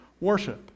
Worship